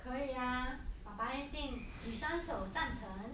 可以呀爸爸一定举双手赞成